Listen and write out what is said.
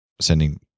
sending